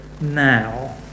now